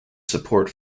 support